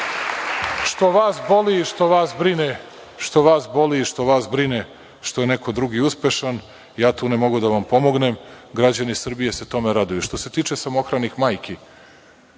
što je uspešno bilo. E sad što vas boli i što vas brine što je neko drugi uspešan, ja tu ne mogu da vam pomognem. Građani Srbije se tome raduju. Što se tiče samohranih majku,